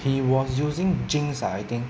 he was using jinx ah I think